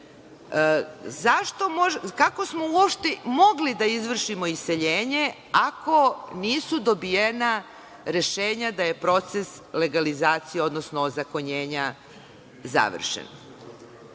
Kako smo uopšte mogli da izvršimo iseljenje ako nisu dobijena rešenja da je proces legalizacije odnosno odobrenja završen? Četvrta